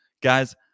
guys